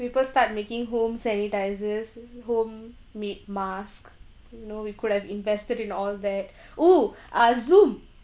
people start making home sanitisers home made mask you know we could have invested in all that oo ah zoom